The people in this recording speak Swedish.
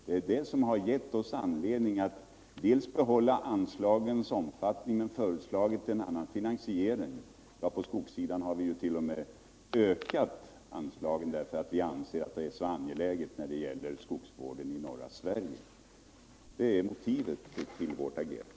Det är dessa ting som har gett oss anledning att dels föreslå att anslagen behålls, dels föreslå en annan finansiering. På skogssidan har vi t.o.m. föreslagit en ökning av anslagen, därför att vi anser det vara så angeläget för skogsvården i norra Sverige. Det är motiven för vårt agerande.